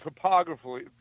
topographically